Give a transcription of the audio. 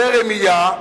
יותר רמייה,